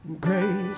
Grace